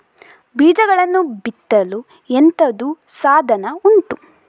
ಬೀಜಗಳನ್ನು ಬಿತ್ತಲು ಎಂತದು ಸಾಧನ ಉಂಟು?